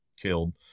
killed